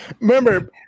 Remember